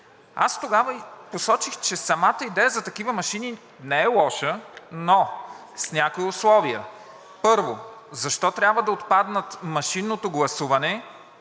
Аз тогава посочих, че самата идея за такива машини не е лоша, но с някои условия. Първо, защо трябва да отпадне машинното гласуване,